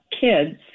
kids